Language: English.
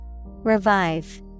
Revive